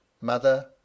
mother